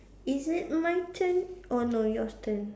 is it my turn or no your turn